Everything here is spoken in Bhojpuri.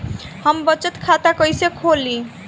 हम बचत खाता कईसे खोली?